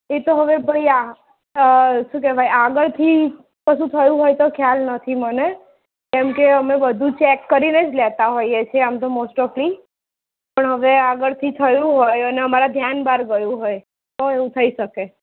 એ તો હવે ભાઈ હા શું કહેવાય આગળથી કશું થયું હોય તો મને ખ્યાલ નથી મને કેમ કે અમે બધું ચેક કરીને લેતા હોઈએ છીએ આમ તો મોસ્ટઓફલી પણ હવે આગળથી થયું હોય અને આગળ અમે અમારા ધ્યાન બહાર ગયું હોય તો એવું થઈ શકે